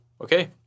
okay